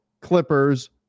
Clippers